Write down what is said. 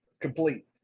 complete